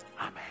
Amen